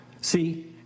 See